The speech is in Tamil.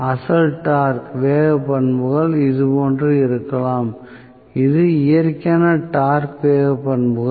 அசல் டார்க் வேக பண்புகள் இதுபோன்று இருக்கலாம் இது இயற்கையான டார்க் வேக பண்புகள்